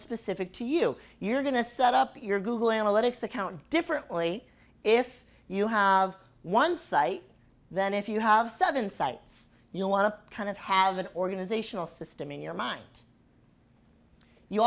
specific to you you're going to set up your google analytics account differently if you have one site then if you have seven sites you want to kind of have an organizational system in your mind you